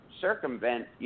circumvent